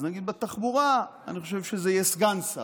אז נגיד בתחבורה אני חושב שזה יהיה סגן שר.